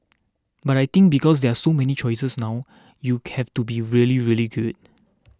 but I think because there are so many choices now you have to be really really good